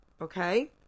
okay